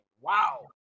wow